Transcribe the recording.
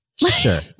Sure